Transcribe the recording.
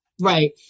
Right